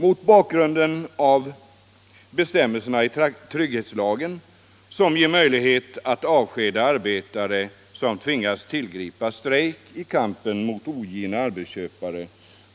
Mot bakgrunden av bestämmelserna i ”trygghetslagen”, som gör det möjligt att avskeda arbetare som tvingats tillgripa strejk i kampen mot ogina arbetsköpare,